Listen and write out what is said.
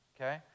okay